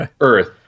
earth